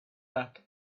back